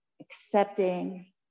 accepting